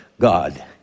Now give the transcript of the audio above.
God